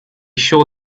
sure